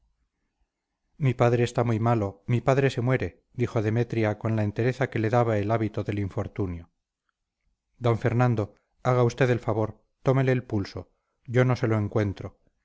mi padre está muy malo mi padre se muere dijo demetria con la entereza que le daba el hábito del infortunio d fernando haga usted el favor tómele el pulso yo no se lo encuentro